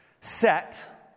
Set